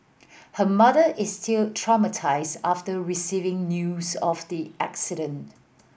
her mother is still traumatised after receiving news of the accident